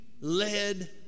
led